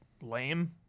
lame